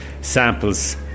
samples